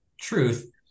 truth